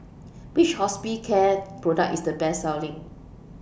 Which Hospicare Product IS The Best Selling